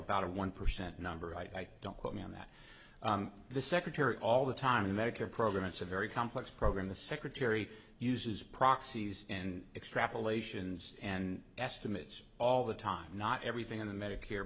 about a one percent number i don't quote me on that the secretary all the time the medicare program it's a very complex program the secretary uses proxies and extrapolations and estimates all the time not everything in the medicare